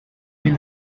will